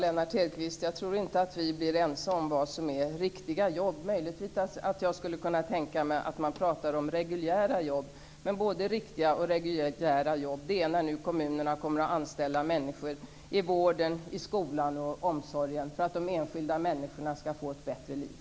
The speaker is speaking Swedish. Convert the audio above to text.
Fru talman! Jag tror inte att vi blir ense om vad som är riktiga jobb, Lennart Hedquist. Jag skulle möjligen kunna tänka mig att man pratar om reguljära jobb. Men både riktiga och reguljära jobb kommer nu när kommunerna börjar anställa människor i vården, skolan och omsorgen för att de enskilda människorna skall få ett bättre liv.